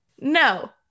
No